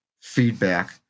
feedback